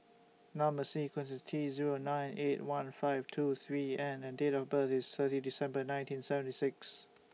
Number sequence IS T Zero nine eight one five two three N and Date of birth IS thirty December nineteen seventy six